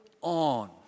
on